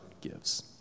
gives